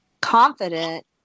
confident